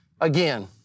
Again